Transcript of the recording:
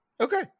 Okay